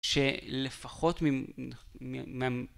שלפחות ממ....